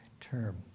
term